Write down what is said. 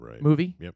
movie